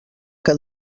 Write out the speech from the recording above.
que